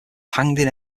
hanged